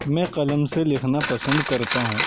میں قلم سے لکھنا پسند کرتا ہوں